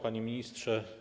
Panie Ministrze!